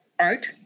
art